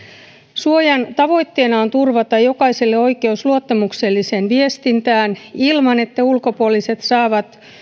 suojan tavoitteena on turvata jokaiselle oikeus luottamukselliseen viestintään ilman että ulkopuoliset saavat